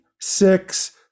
six